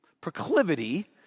proclivity